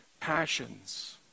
passions